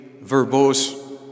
verbose